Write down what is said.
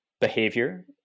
behavior